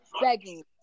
begging